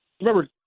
Remember